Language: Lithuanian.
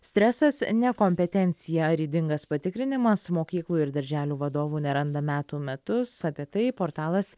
stresas nekompetencija ar ydingas patikrinimas mokyklų ir darželių vadovų neranda metų metus apie tai portalas